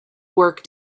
work